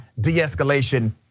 de-escalation